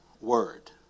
word